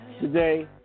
today